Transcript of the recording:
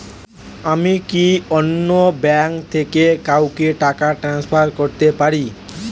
আমি কি অন্য ব্যাঙ্ক থেকে কাউকে টাকা ট্রান্সফার করতে পারি?